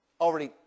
already